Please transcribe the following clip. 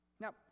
Now